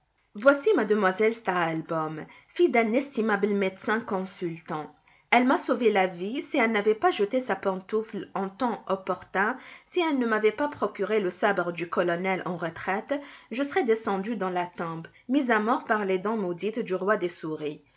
voici mademoiselle stahlbaûm fille d'un estimable médecin consultant elle m'a sauvé la vie si elle n'avait pas jeté sa pantoufle en temps opportun si elle ne m'avait pas procuré le sabre du colonel en retraite je serais descendu dans la tombe mis à mort par les dents maudites du roi des souris